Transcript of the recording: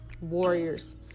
warriors